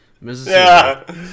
Mississippi